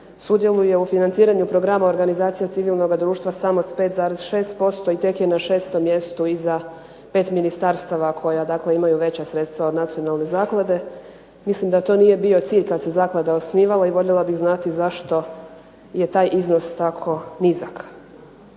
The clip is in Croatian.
sudjeluje u financiranju programa organizacije civilnoga društva sa samo 5,6% i tek je na 6. mjestu iza 5 ministarstva koja imaju veća sredstva od nacionalne zaklade. Mislim da to nije bio cilj kada se zaklada osnivala i voljela bih znati zašto je taj iznos tako nizak.